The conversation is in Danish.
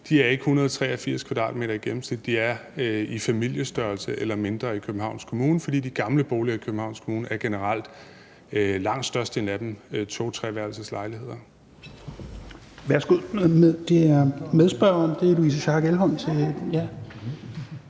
De er ikke 183 m² i gennemsnit. De er i familiestørrelse eller mindre i Københavns Kommune, fordi de gamle boliger i Københavns Kommune generelt, langt størstedelen af dem, er to-/treværelseslejligheder.